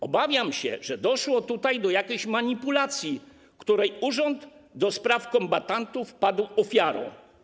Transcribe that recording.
Obawiam się, że doszło tutaj do jakiejś manipulacji, której urząd do spraw kombatantów padł ofiarą.